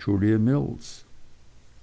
j m miß mills